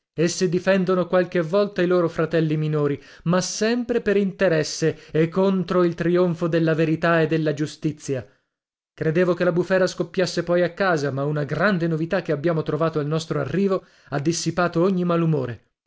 maggiori esse difendono qualche volta i loro fratelli minori ma sempre per interesse e contro il trionfo della verità e della giustizia credevo che la bufera scoppiasse poi a casa ma una grande novità che abbiamo trovato al nostro arrivo ha dissipato ogni malumore